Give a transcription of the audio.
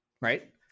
right